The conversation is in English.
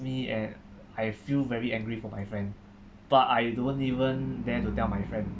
me and I feel very angry for my friend but I don't even dare to tell my friend